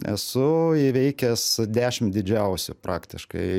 esu įveikęs dešim didžiausių praktiškai